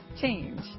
change